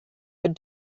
but